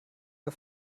der